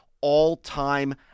all-time